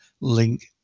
link